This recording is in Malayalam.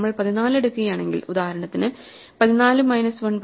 നമ്മൾ 14 എടുക്കുകയാണെങ്കിൽ ഉദാഹരണത്തിന് 14 മൈനസ് 1 13 ഉം 13 ബൈ 2 6